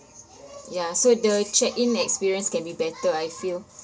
ya so the check in experience can be better I feel